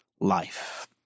life